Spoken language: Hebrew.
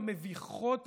המביכות,